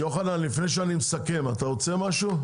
יונתן, לפני שאני מסכם, אתה רוצה להגיד משהו?